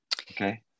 Okay